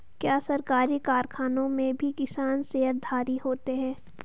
क्या सरकारी कारखानों में भी किसान शेयरधारी होते हैं?